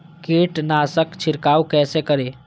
कीट नाशक छीरकाउ केसे करी?